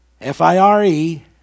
F-I-R-E